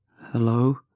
Hello